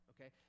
okay